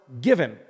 given